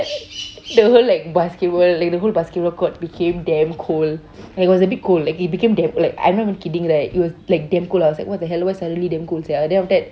the whole like basketball like the whole basketball court became damn cold like it was a bit cold like